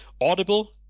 audible